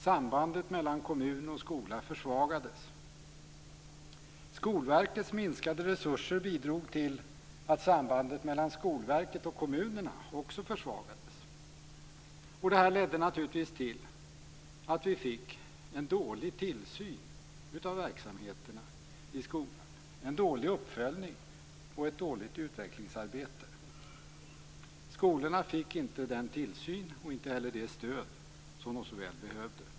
Sambandet mellan kommun och skola försvagades. Skolverkets minskade resurser bidrog till att sambandet mellan Skolverket och kommunerna också försvagades. Det här ledde naturligtvis till att vi fick en dålig tillsyn av verksamheterna i skolan. Vi fick en dålig uppföljning och ett dåligt utvecklingsarbete. Skolorna fick inte den tillsyn, och inte heller det stöd, som de så väl behövde.